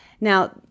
Now